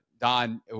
Don